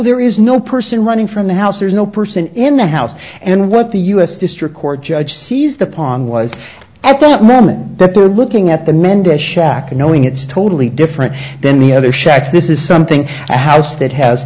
there is no person running from the house there's no person in the house and what the u s district court judge sees the pond was at the moment that we're looking at the mendez shack knowing it's totally different than the other shacks this is something i house that has